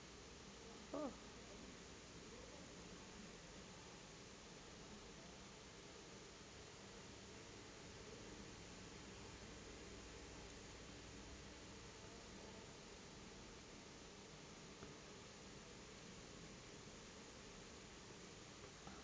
oh